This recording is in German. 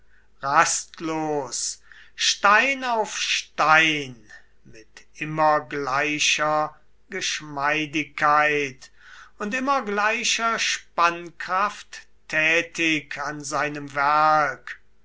rastlos stein auf stein mit immer gleicher geschmeidigkeit und immer gleicher spannkraft tätig an seinem werk